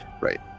Right